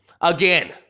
again